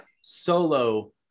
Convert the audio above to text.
solo